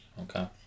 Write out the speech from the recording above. okay